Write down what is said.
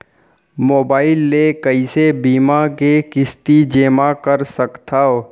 Mobile ले कइसे बीमा के किस्ती जेमा कर सकथव?